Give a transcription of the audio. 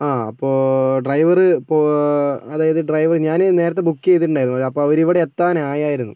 ആ അപ്പോൾ ഡ്രൈവറ് ഇപ്പോൾ അതായത് ഞാന് നേരത്തെ ബുക്ക് ചെയ്തിട്ട് ഉണ്ടായിരുന്നു അപ്പോൾ അവര് ഇവിടെ എത്താറായിരുന്നു